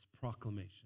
proclamation